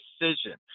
decision